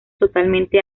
totalmente